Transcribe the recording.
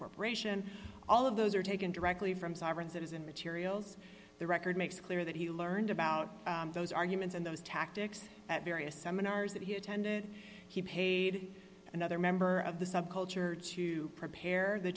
corporation all of those are taken directly from sovereign citizen materials the record makes clear that he learned about those arguments and those tactics at various seminars that he attended he paid another member of the subculture to prepare the